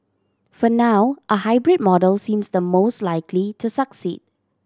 for now a hybrid model seems the most likely to succeed